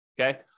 okay